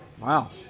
Wow